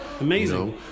Amazing